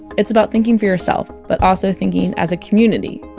it's about thinking for yourself, but also thinking as a community,